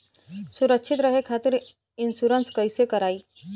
सुरक्षित रहे खातीर इन्शुरन्स कईसे करायी?